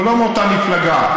אנחנו לא מאותה מפלגה,